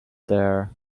there